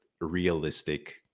realistic